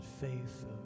faith